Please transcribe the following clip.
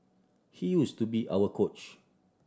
he use to be our coach